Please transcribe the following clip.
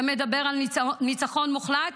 אתה מדבר על ניצחון מוחלט,